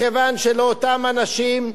מכיוון שלאותם אנשים,